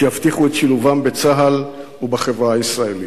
שיבטיחו את שילובם בצה"ל ובחברה הישראלית.